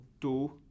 two